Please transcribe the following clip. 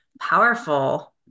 powerful